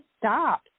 stop